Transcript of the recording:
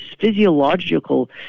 physiological